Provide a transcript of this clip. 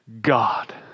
God